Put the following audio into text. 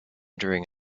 during